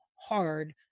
hard